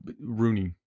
Rooney